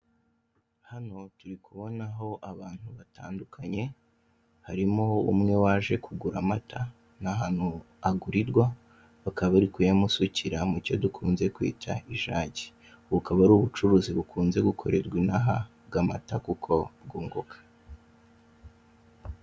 Hano turi kubonaho abantu batandukanye, harimo umwe waje kugura amata, ni ahantu agurirwa, bakaba bari kuyamusukira mu cyo dukunze kwita ijage. Bukaba ari ubucuruzi bukunze gukorerwa inaha bw'amata kuko bwunguka.